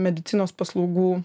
medicinos paslaugų